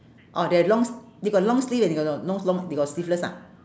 orh they have long s~ they got long sleeve and they got got no long they got sleeveless ah